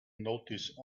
noticed